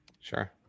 Sure